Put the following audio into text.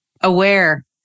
aware